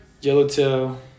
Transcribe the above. Yellowtail